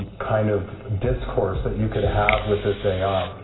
kind of discourse that you could have with this ai,